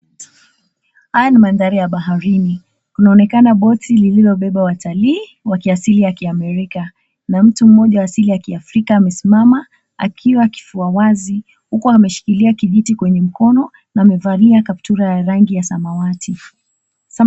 Haya ni mandhari ya baharini kunaokena boti lililobeba watalii wakiasili ya kiamerika na mtu mmoja wa kiasili ya kiafrika amesimama akiwa kifua wazi huku ameshikilia kijiti kwenye mkono na amevalia kaptura ya rangi ya samawati.